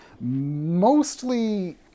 mostly